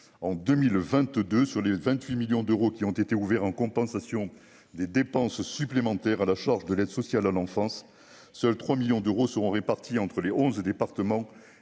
en 2022 sur les 28 millions d'euros qui ont été ouverts en compensation des dépenses supplémentaires à la charge de l'aide sociale à l'enfance, seuls 3 millions d'euros seront répartis entre les 11 départements